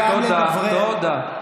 תודה.